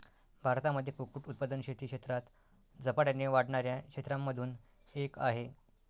भारतामध्ये कुक्कुट उत्पादन शेती क्षेत्रात झपाट्याने वाढणाऱ्या क्षेत्रांमधून एक आहे